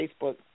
Facebook